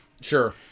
Sure